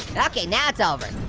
okay, now it's over.